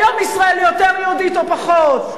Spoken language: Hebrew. היום ישראל יותר יהודית או פחות?